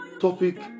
topic